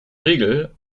regel